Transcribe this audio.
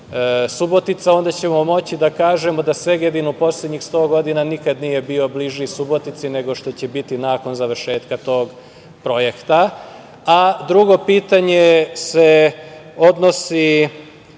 Subotica, onda ćemo moći da kažemo da Segedin u poslednjih sto godina nikada nije bio bliži Subotici nego što će biti nakon završetka toga projekta. Drugo pitanje se odnosi